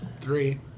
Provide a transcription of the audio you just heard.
three